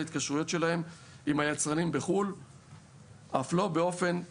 ההתקשרויות שלהם עם היצרנים בחו"ל אף לא באופן מדגמי.